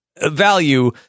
value